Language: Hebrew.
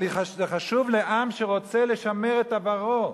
אבל זה חשוב לעם שרוצה לשמר את עברו.